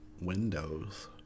windows